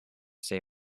say